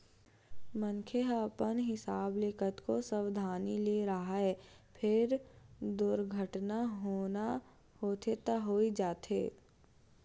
मनखे ह अपन हिसाब ले कतको सवधानी ले राहय फेर दुरघटना होना होथे त होइ जाथे